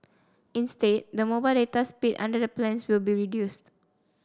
instead the mobile data speed under the plans will be reduced